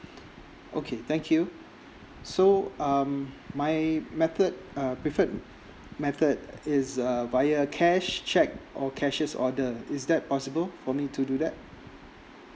okay thank you so um my method uh preferred method is uh via cash cheque or cashiers order is that possible for me to do that